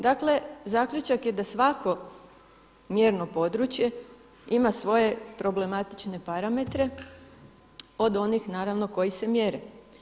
Dakle zaključak je da svako mjerno područje ima svoje problematične parametre od onih naravno koji se mjere.